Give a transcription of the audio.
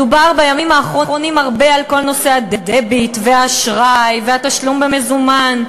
מדובר בימים האחרונים הרבה על כל נושא הדביט והאשראי והתשלום במזומן,